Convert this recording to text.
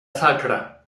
sacra